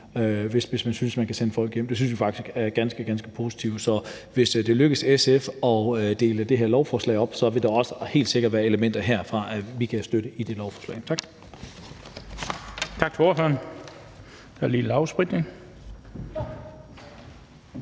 hvis man synes, at man kan sende folk hjem. Det synes vi faktisk er ganske, ganske positivt. Så hvis det lykkes SF at dele det her lovforslag op, vil der helt sikkert også være elementer herfra, som vi kan støtte i det lovforslag. Tak.